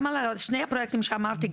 גם על שני הפרויקטים שאמרתי,